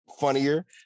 funnier